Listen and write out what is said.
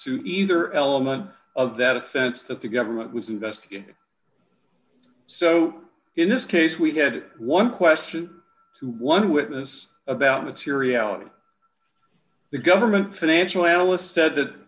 to either element of that offense that the government was investigating so in this case we had one question to one witness about materiality the government financial analyst said that